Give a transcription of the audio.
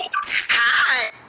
Hi